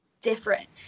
different